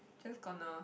just gonna